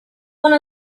one